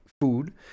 food